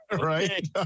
Right